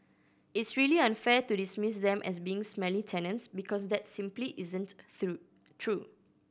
it's really unfair to dismiss them as being smelly tenants because that simply isn't through true